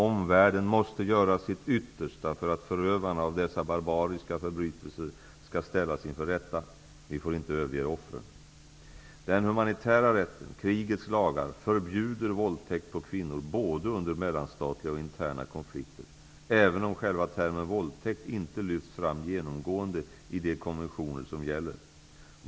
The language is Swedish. Omvärlden måste göra sitt yttersta för att förövarna av dessa barbariska förbrytelser skall ställas inför rätta. Vi får inte överge offren. Den humanitära rätten -- krigets lagar -- förbjuder våldtäkt på kvinnor både under mellanstatliga och interna konflikter, även om själva termen våldtäkt inte lyfts fram genomgående i de konventioner som gäller.